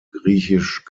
griechisch